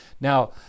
Now